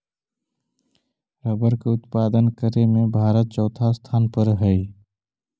rubber के उत्पादन करे में भारत चौथा स्थान पर हई